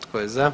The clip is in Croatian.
Tko je za?